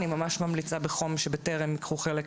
אני ממליצה בחום שבטרם ייקחו חלק